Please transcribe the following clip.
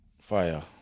Fire